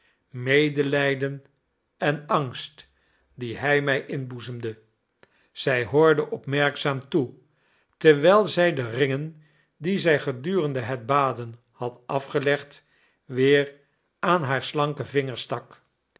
medelijden en angst die hij mij inboezemde zij hoorde opmerkzaam toe terwijl zij de ringen die zij gedurende het baden had afgelegd weer aan haar slanke vingers stak